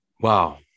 Wow